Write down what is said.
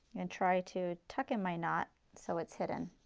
and try to tuck in my knot, so it's hidden.